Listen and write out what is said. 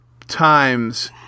times